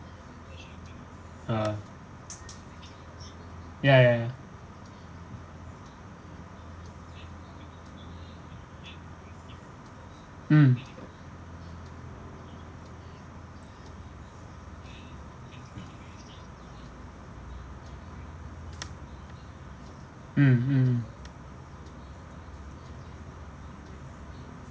uh ya ya ya mm mm mm mm